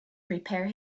prepare